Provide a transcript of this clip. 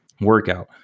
workout